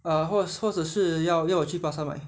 ah 或者或者是要要我去巴刹买